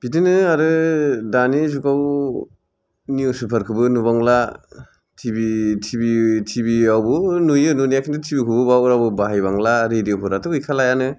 बिदिनो आरो दानि जुगाव निउसपेपार खौबो नुबांला T V T V T V आवबो नुयो नुनाया खिन्थु टि भि खौबो बा बाराबा बाहायबांला रेदिअ' आथ' गैखालायानो